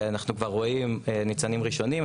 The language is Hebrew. אנחנו כבר רואים ניצנים ראשונים.